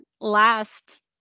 last